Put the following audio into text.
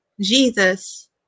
Jesus